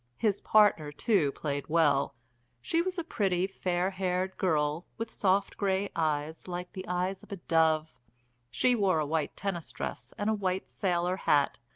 his partner, too, played well she was a pretty, fair-haired girl, with soft grey eyes like the eyes of a dove she wore a white tennis dress and a white sailor hat,